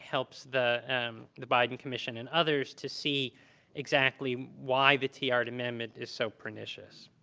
helps the the biden commission and others to see exactly why the tiahrt amendment is so pernicious.